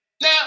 Now